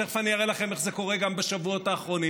ותכף אני אראה לכם איך זה קורה גם בשבועות האחרונים,